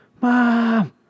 Mom